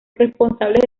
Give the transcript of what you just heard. responsables